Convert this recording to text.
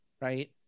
Right